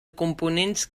components